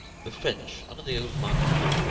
the french, under the old monarchy,